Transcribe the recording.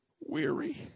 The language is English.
Weary